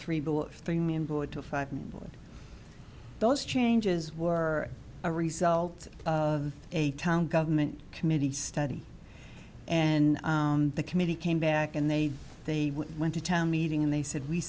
and those changes were a result of a town government committee study and the committee came back and they they went to town meeting and they said we